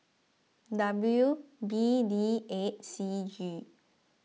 W B D eight C G